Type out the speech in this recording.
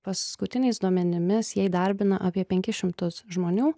paskutiniais duomenimis jie įdarbina apie penkis šimtus žmonių